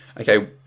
okay